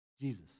Jesus